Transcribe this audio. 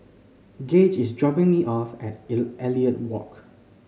Gauge is dropping me off at Elliot and Walk